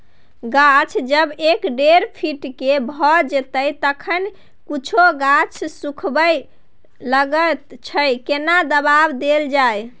गाछ जब एक डेढ फीट के भ जायछै तखन कुछो गाछ सुखबय लागय छै केना दबाय देल जाय?